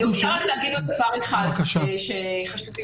אני רוצה לומר עוד דבר אחד שחשוב לי